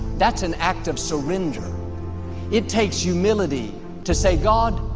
that's an act of surrender it takes humility to say god,